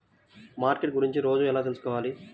Market గురించి రోజు ఎలా తెలుసుకోవాలి?